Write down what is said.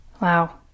Wow